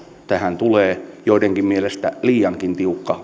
tähän tulee joidenkin mielestä liiankin tiukka